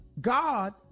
God